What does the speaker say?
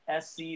SC